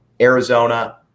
arizona